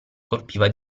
colpiva